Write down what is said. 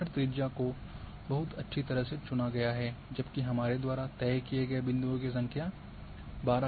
परिक्षण त्रिज्या को बहुत अच्छी तरह से चुना गया है जबकि हमारे द्वारा तय किए गए बिन्दुओ की संख्या 12 है